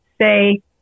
say